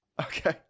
Okay